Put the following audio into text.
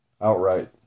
outright